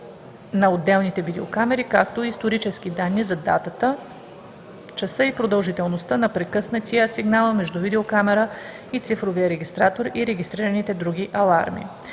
на отделните видеокамери, както и исторически данни за датата, часа и продължителността на прекъснатия сигнал между видеокамера и цифровия регистратор, и регистрираните други аларми.